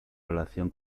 relación